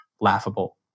laughable